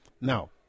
now